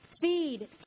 feed